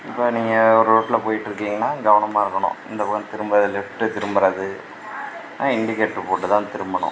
இப்போ நீங்கள் ஒரு ரூட்டில் போயிட்ருக்கீங்கன்னா கவனமாக இருக்கணும் இந்த பக்கம் திரும்புறது லெஃப்ட்டு திரும்புறது இண்டிகேட்ரு போட்டு தான் திரும்பணும்